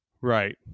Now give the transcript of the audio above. right